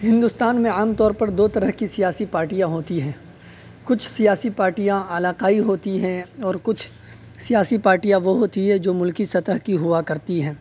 ہندوستان میں عام طور پر دو طرح کی سیاسی پارٹیاں ہوتی ہیں کچھ سیاسی پارٹیاں علاقائی ہوتی ہیں اور کچھ سیاسی پارٹیاں وہ ہوتی ہیں جو ملکی سطح کی ہوا کرتی ہیں